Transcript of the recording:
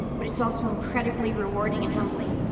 but it's also incredibly rewarding and humbling,